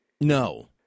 No